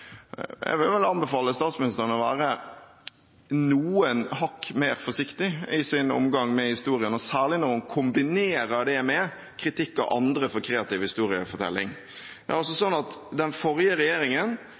Jeg vil vel anbefale statsministeren å være noen hakk mer forsiktig i sin omgang med historien, og særlig når hun kombinerer det med kritikk av andre for kreativ historiefortelling.